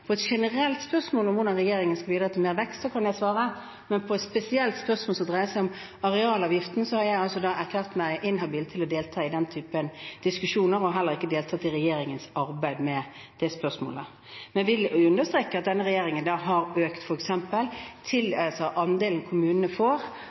På et generelt spørsmål om hvordan regjeringen skal bidra til mer vekst, kan jeg svare, men på et spesielt spørsmål som dreier seg om arealavgiften, har jeg altså erklært meg inhabil til å delta i den typen diskusjoner og har heller ikke deltatt i regjeringens arbeid med det spørsmålet. Men jeg vil understreke at denne regjeringen har økt andelen som kommunene får, av f.eks. den avgiften som betales når man får